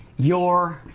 your